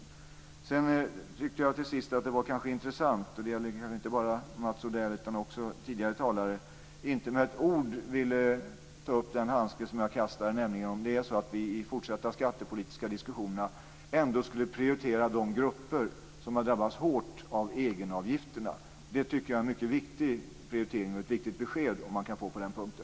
Till sist tycker jag att det var intressant - och det gäller kanske inte bara Mats Odell utan också tidigare talare - att man inte ville ta upp den handske som jag kastade om att vi i de fortsatta skattepolitiska diskussioner skall prioritera de grupper som har drabbats hårt av egenavgifterna. Det tycker jag är en mycket viktig prioritering, och det vore bra att få ett besked på den punkten.